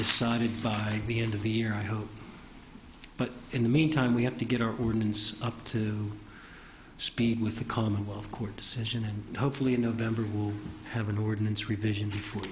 decided by the end of the year i hope but in the meantime we have to get our ordinance up to speed with the commonwealth court decision and hopefully in november we'll have an ordinance revision before